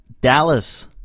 Dallas